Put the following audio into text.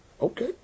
Okay